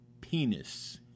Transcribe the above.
Penis